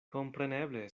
kompreneble